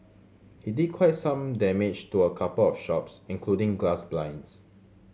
he did quite some damage to a couple of shops including glass blinds